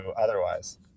otherwise